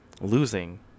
losing